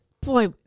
Boy